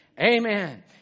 Amen